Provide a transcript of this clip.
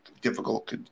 difficult